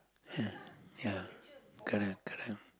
ya ya correct correct